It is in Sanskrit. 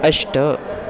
अष्ट